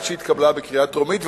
עד שהתקבלה בקריאה טרומית,